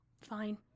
Fine